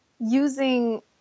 using